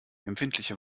empfindliche